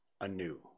anew